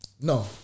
No